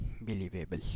believable